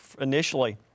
initially